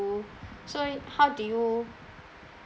so y~ how do you